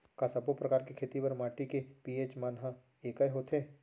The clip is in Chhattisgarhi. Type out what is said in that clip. का सब्बो प्रकार के खेती बर माटी के पी.एच मान ह एकै होथे?